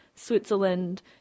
Switzerland